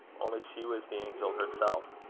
only she was the angel herself.